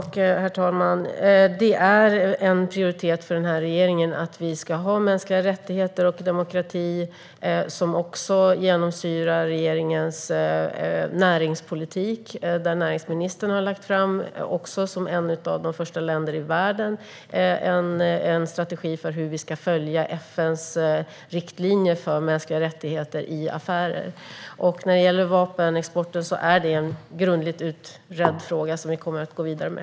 Herr talman! Det är en prioritet för den här regeringen med mänskliga rättigheter och demokrati. Det genomsyrar också regeringens näringspolitik. Som ett av de första länderna i världen har Sverige en strategi, som näringsministern har lagt fram, för hur vi ska följa FN:s riktlinjer för mänskliga rättigheter i affärer. När det gäller vapenexporten är den en grundligt utredd fråga som vi kommer att gå vidare med.